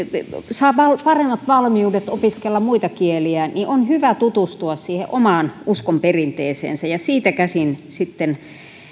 saa paremmat valmiudet opiskella muita kieliä on hyvä tutustua siihen omaan uskonperinteeseensä ja siitä käsin sitten